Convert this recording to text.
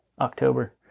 October